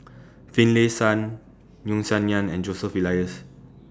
Finlayson Yeo Song Nian and Joseph Elias